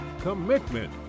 commitment